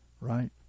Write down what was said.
right